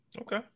Okay